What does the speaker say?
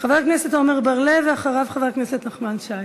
חבר הכנסת עמר בר-לב, ואחריו, חבר הכנסת נחמן שי.